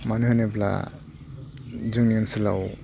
मानो होनोब्ला जोंनि ओनसोलाव